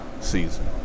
Season